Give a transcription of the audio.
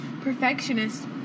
Perfectionist